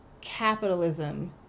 capitalism